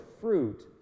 fruit